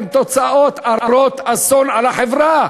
הן תוצאות הרות אסון לחברה.